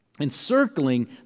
Encircling